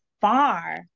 far